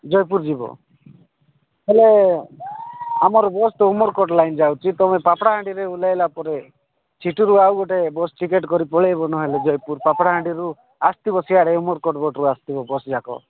ଜୟପୁର ଯିବ ହେଲେ ଆମର ବସ୍ ତ ଉମରକୋଟ ଲାଇନ ଯାଉଛି ତୁମେ ପାପଡ଼ାହାଣ୍ଡିରେ ଓହ୍ଲେଇଲା ପରେ ସେଠାରୁ ଆଉ ଗୋଟେ ବସ୍ ଟିକେଟ୍ କରି ପଳେଇବ ନହେଲେ ଜୟପୁର ପାପଡ଼ହାଣ୍ଡିରୁ ଆସିଥିବ ସିଆଡ଼େ ଉମରକୋଟ ପଟରୁ ଆସିଥିବ ବସ୍ଯାକ